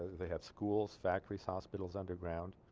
they have schools factories hospitals underground